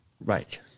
Right